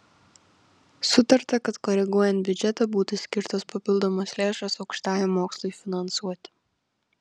sutarta kad koreguojant biudžetą būtų skirtos papildomos lėšos aukštajam mokslui finansuoti